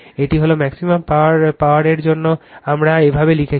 এটা হল ম্যাক্সিমাম ট্রান্সফারের জন্য আমরা এভাবে লিখছি